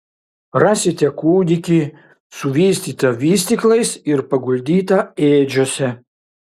rasite kūdikį suvystytą vystyklais ir paguldytą ėdžiose